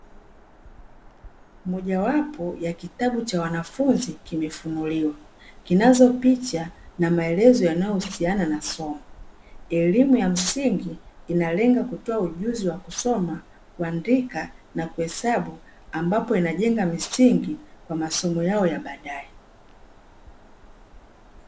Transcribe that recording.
Mojawapo ya kitabu cha wanafunzi kimefunuliwa kinazopicha na maelezo yanayohusiana na somo. Elimu ya msingi inalenga kutoa ujuzi wa kusoma, kuandika na kuhesabu ambapo inajenga misingi kwa masomo yao ya baadae.